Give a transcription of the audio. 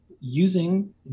using